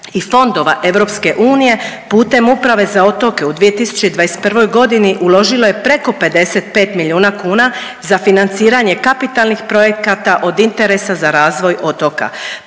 i fondova EU putem Uprave za otoke u 2021. godini uložilo je preko 55 milijuna kuna za financiranje kapitalnih projekata od interesa za razvoj otoka,